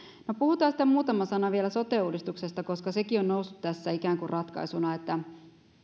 no puhutaan sitten muutama sana vielä sote uudistuksesta koska sekin on noussut tässä ikään kuin ratkaisuna että